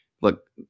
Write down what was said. look